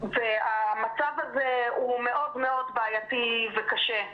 והמצב הזה הוא מאוד מאוד בעייתי וקשה.